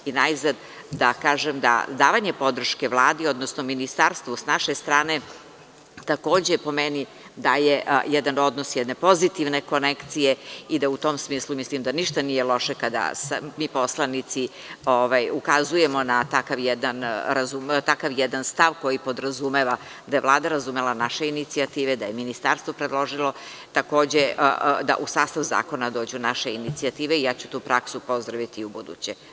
Najzad da kažem da davanje podrške Vladi, odnosno ministarstvu sa naše strane takođe po meni daje jedan odnos pozitivne konekcije i da u tom smislu mislim da ništa nije loše kada mi poslanici ukazujemo na takav jedan stav koji podrazumeva da je Vlada razumela naše inicijative, da je ministarstvo predložilo takođe da u sastav zakona dođu naše inicijative i ja ću tu praksu pozdraviti i ubuduće.